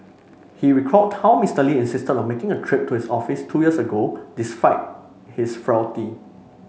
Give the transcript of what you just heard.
he recalled how Mister Lee insisted on making a trip to his office two years ago despite his frailty